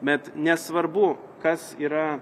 bet nesvarbu kas yra